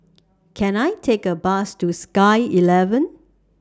Can I Take A Bus to Sky eleven